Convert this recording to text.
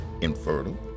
infertile